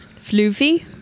Floofy